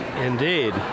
Indeed